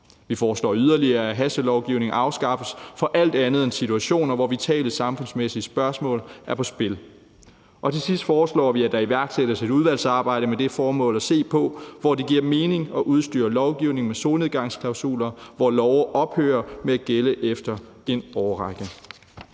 Vi foreslår yderligere, at hastelovgivning afskaffes i alle andre situationer end dem, hvor vitale samfundsmæssige spørgsmål er på spil. Og til sidst foreslår vi, at der iværksættes et udvalgsarbejde med det formål at se på, hvor det giver mening at udstyre lovgivningen med solnedgangsklausuler, hvor love ophører med at gælde efter en årrække.